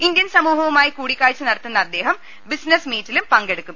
Indian സമൂഹവുമായി കൂടിക്കാഴ്ച നടത്തുന്ന അദ്ദേഹം ബിസിനസ് മീറ്റിലും പങ്കെടുക്കും